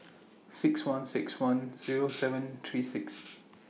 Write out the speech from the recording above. six one six one Zero seven three six